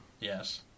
Yes